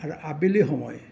আৰু আবেলি সময়